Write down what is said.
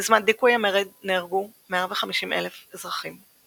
בזמן דיכוי המרד נהרגו 150,000 אזרחים.